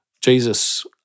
Jesus